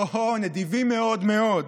הו-הו, נדיבים מאוד מאוד.